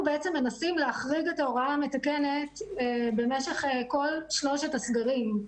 מנסים בעצם להחריג את ההוראה המתקנת במשך כל שלושת הסגרים.